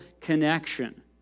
connection